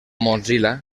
mozilla